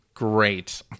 great